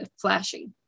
flashy